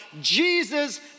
Jesus